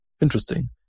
interesting